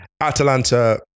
Atalanta